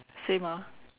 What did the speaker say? same ah